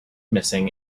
missing